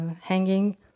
hanging